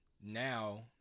now